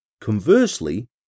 conversely